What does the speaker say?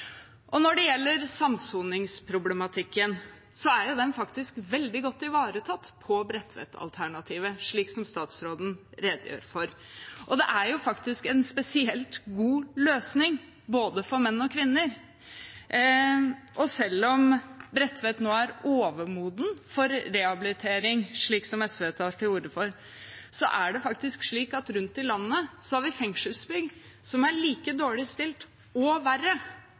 Når det gjelder samsoningsproblematikken, er den veldig godt ivaretatt i Bredtvet-alternativet, slik som statsråden redegjør for. Det er faktisk en spesielt god løsning både for menn og kvinner. Selv om Bredtvet nå er overmoden for rehabilitering, slik som SV tar til orde for, er det rundt i landet fengselsbygg som er like dårlig stilt – og verre